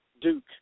Duke